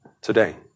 today